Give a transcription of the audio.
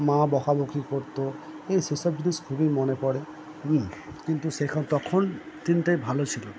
মা বকাবকি করতো সেসব জিনিস খুবই মনে পড়ে কিন্তু তখন দিনটাই ভালো ছিলো